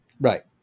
Right